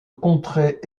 contrée